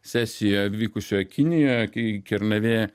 sesijoje vykusioje kinijoje kai kernavė